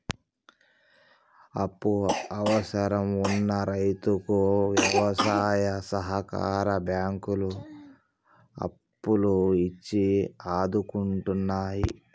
అప్పు అవసరం వున్న రైతుకు వ్యవసాయ సహకార బ్యాంకులు అప్పులు ఇచ్చి ఆదుకుంటున్నాయి